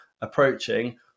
approaching